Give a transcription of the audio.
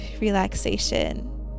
relaxation